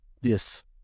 Yes